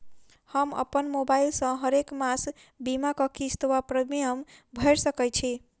हम अप्पन मोबाइल सँ हरेक मास बीमाक किस्त वा प्रिमियम भैर सकैत छी?